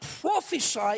prophesy